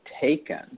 taken